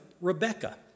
Rebecca